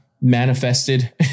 manifested